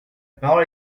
parole